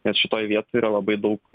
nes šitoj vietoj yra labai daug